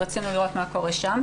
ורצינו לראות מה קורה שם.